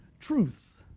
Truths